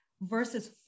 versus